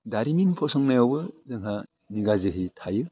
दारिमिन फसंनायावबो जोंहा निगाजिहि थायो